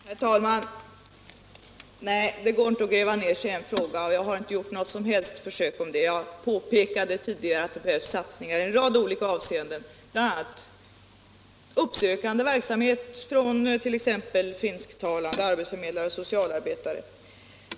Herr talman! Nej, det går inte att gräva ned sig i en fråga, och jag har inte gjort något som helst försök att föreslå det. Jag påpekade tidigare att det behövs satsningar i en rad olika avseenden, bl.a. uppsökande verksamhet från t.ex. finsktalande arbetsförmedlare och socialarbetare.